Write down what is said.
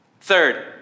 third